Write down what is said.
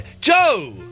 Joe